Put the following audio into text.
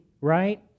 right